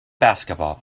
basketball